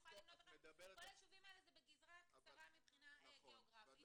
כל היישובים האלה זה בגזרה קצרה מבחינה גיאוגרפית.